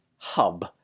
Hub